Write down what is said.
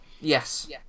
Yes